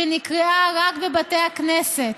שנקראה רק בבתי הכנסת,